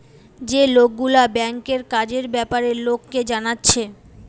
যে লোকগুলা ব্যাংকের কাজের বেপারে লোককে জানাচ্ছে